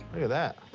that.